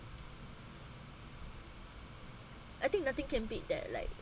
I think nothing can beat that like